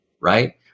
right